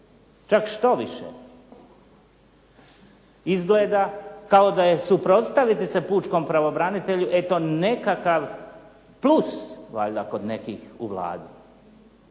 čak štoviše, izgleda kao da je suprotstaviti se pučkom pravobranitelju eto nekakav plus valjda kod nekih u Vladi.